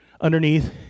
underneath